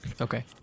Okay